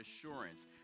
assurance